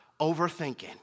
overthinking